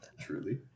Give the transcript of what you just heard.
Truly